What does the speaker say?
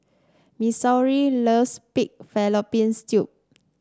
Missouri loves Pig Fallopian Tubes